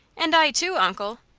and i, too, uncle.